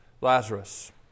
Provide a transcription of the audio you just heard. Lazarus